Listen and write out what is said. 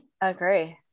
Agree